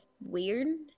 weird